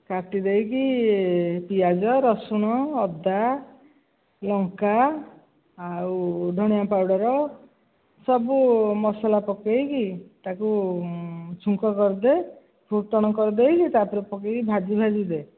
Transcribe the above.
କାଟି ଦେଇକି ପିଆଜ ରସୁଣ ଅଦା ଲଙ୍କା ଆଉ ଧଣିଆ ପାଉଡ଼ର୍ ସବୁ ମସଲା ପକେଇକି ତାକୁ ଛୁଙ୍କ କରିଦେ ଫୁଟଣ କରିଦେଇକି ତା ଉପରେ ପକେଇକି ଭାଜି ଭାଜି ଦେ